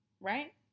Right